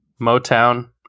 Motown